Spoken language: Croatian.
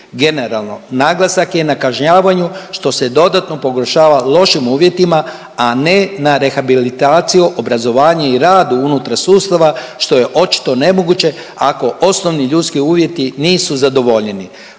Generalno naglasak je na kažnjavanju što se dodatno pogoršava lošim uvjetima, a ne na rehabilitaciju, obrazovanje i rad unutar sustava što je očito nemoguće ako osnovni ljudski uvjeti nisu zadovoljeni.